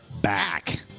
back